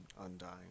undying